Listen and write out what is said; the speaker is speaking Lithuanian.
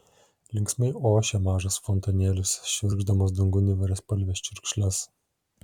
linksmai ošė mažas fontanėlis švirkšdamas dangun įvairiaspalves čiurkšles